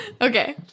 Okay